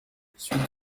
suite